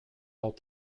out